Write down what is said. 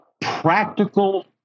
practical